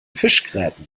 fischgräten